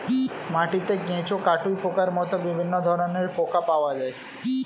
মাটিতে কেঁচো, কাটুই পোকার মতো বিভিন্ন ধরনের পোকা পাওয়া যায়